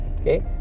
Okay